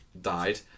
died